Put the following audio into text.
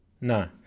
No